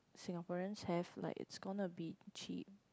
Singaporeans have like it's gonna be cheap